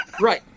Right